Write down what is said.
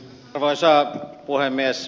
arvoisa puhemies